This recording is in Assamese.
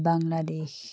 বাংলাদেশ